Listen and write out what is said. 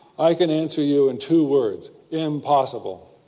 i can answer you in two words im-possible.